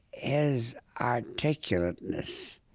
his articulateness